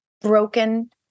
broken